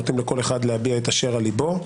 ניתן לכל איש לומר את שעל ליבו.